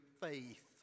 faith